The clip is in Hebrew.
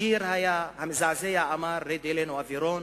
השיר המזעזע אמר: רד אלינו אווירון,